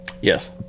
Yes